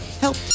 help